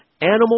animal